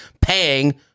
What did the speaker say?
paying